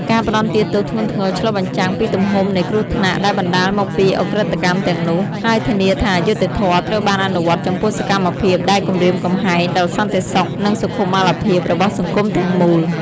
ការផ្តន្ទាទោសធ្ងន់ធ្ងរឆ្លុះបញ្ចាំងពីទំហំនៃគ្រោះថ្នាក់ដែលបណ្តាលមកពីឧក្រិដ្ឋកម្មទាំងនោះ ហើយធានាថាយុត្តិធម៌ត្រូវបានអនុវត្តចំពោះសកម្មភាពដែលគំរាមកំហែងដល់សន្តិសុខ និងសុខុមាលភាពរបស់សង្គមទាំងមូល។